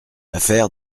affaire